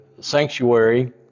sanctuary